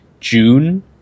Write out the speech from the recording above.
June